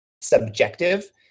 subjective